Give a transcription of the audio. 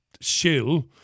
shill